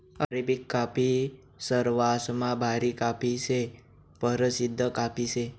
Arabic coffee सरवासमा भारी coffee शे, परशिद्ध कॉफी शे